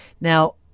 Now